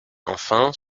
enfin